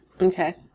Okay